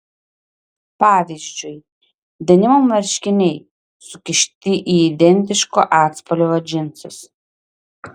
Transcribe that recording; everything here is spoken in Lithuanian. pavyzdžiui denimo marškiniai sukišti į identiško atspalvio džinsus